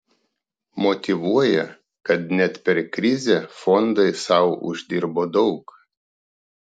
motyvuoja kad net per krizę fondai sau uždirbo daug